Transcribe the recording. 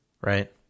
Right